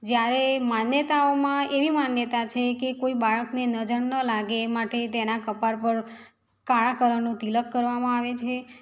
જ્યારે માન્યતાઓમાં એવી માન્યતા છે કે કોઈ બાળકને નજર ન લાગે એ માટે તેના કપાળ પર કાળા કલરનું તિલક કરવામાં આવે છે